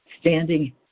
standing